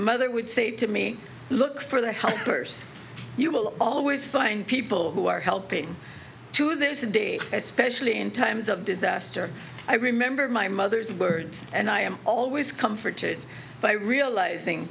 mother would say to me look for the help first you will always find people who are helping to this day especially in times of disaster i remember my mother's words and i am always comforted by realizing